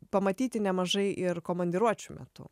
pamatyti nemažai ir komandiruočių metu